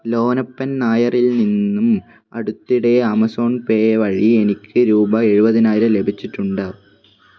ലോനപ്പൻ നായരിൽ നിന്നും അടുത്തിടെ ആമസോൺ പേ വഴി എനിക്ക് രൂപ എഴുപതിനായിരം ലഭിച്ചിട്ടുണ്ട്